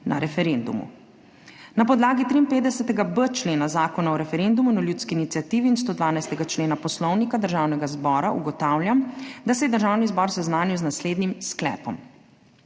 na referendumu. Na podlagi 53.b člena Zakona o referendumu in ljudski iniciativi in 112. člena Poslovnika Državnega zbora ugotavljam, da se je Državni zbor seznanil z naslednjim sklepom: